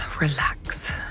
relax